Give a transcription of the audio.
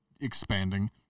expanding